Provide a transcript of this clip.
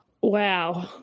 Wow